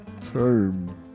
term